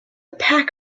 pack